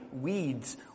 Weeds